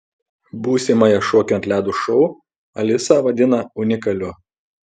būsimąją šokių ant ledo šou alisa vadina unikaliu